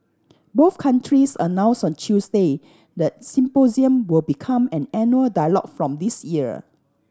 both countries announced on Tuesday that the symposium will become an annual dialogue from this year